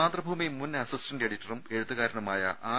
മാതൃഭൂമി മുൻ അസിസ്റ്റന്റ് എഡിറ്ററും എഴുത്തുകാരനുമായ ആർ